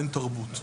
אין תרבות.